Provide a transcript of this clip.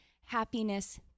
happiness